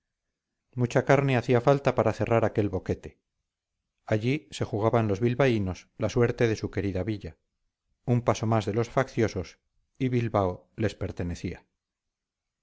mucha carne hacía falta para cerrar aquel boquete allí se jugaban los bilbaínos la suerte de su querida villa un paso más de los facciosos y bilbao les pertenecía